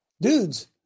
dudes